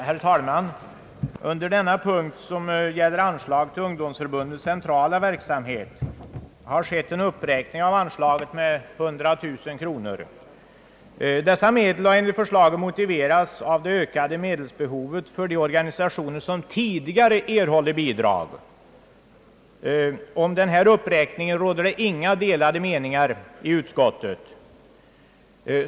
Herr talman! Under denna punkt som gäller anslag till ungdomsförbundens centrala verksamhet har skett en uppräkning av anslaget med 100 000 kronor. Dessa medel har enligt förslaget motiverats av det ökade medelsbehovet för de organisationer som tidigare erhållit bidrag. Om denna uppräkning råder inga delade meningar i utskottet.